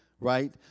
right